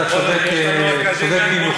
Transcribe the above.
אתה צודק במיוחד,